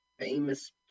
famous